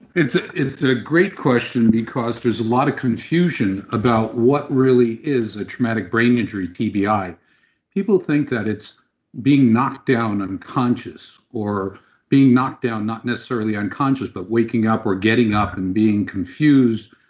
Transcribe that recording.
it's it's a great question because there's a lot of confusion about what really is a traumatic brain injury, tbi. people think that it's being knocked down unconscious or being knocked down not necessarily unconscious but waking up or getting up and being confused,